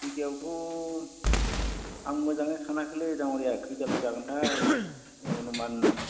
बिगायावथ' आं मोजाङै सानाखैलै दाङ'रिया खैदालसो जागोनथाय अनुमान